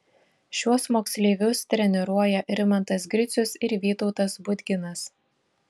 šiuos moksleivius treniruoja rimantas gricius ir vytautas budginas